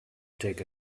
take